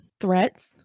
threats